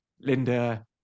Linda